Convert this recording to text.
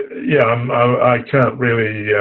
yeah um i can't really yeah